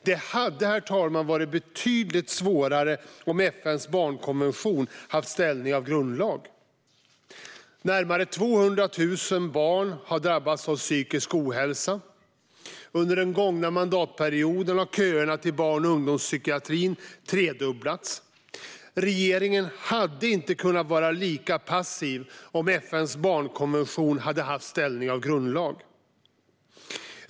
Det hade, herr talman, varit betydligt svårare att få igenom detta om FN:s barnkonvention haft ställning av grundlag. Närmare 200 000 barn har drabbats av psykisk ohälsa. Under den gångna mandatperioden har köerna till barn och ungdomspsykiatrin tredubblats. Regeringen hade inte kunnat vara lika passiv om FN:s barnkonvention hade haft ställning av grundlag.